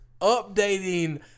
updating